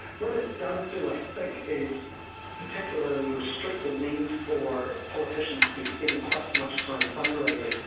what it does do i think is particularly restrict the need for politicians to be spending quite so much time fundraising.